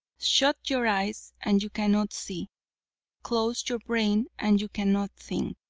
shut your eyes and you cannot see close your brain and you cannot think.